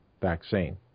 vaccine